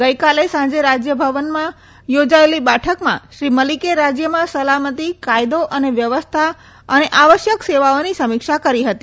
ગઈકાલે સાંજે રાજયભવનમાં યોજાયેલી બેઠકમાં શ્રી મલિકે રાજયમાં સલામતી કાયદો અને વ્યવસ્થા અને આવશ્યક સેવાઓની સમીક્ષા કરી હતી